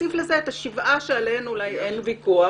ותוסיף לזה את השבעה שעליהם אין אולי ויכוח,